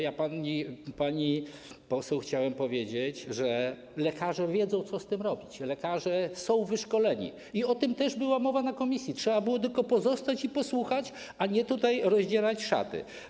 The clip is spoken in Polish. Ja pani poseł chciałem powiedzieć, że lekarze wiedzą, co z tym robić, lekarze są wyszkoleni i o tym też była mowa w komisji, trzeba było tylko pozostać i posłuchać, a nie tutaj rozdzierać szaty.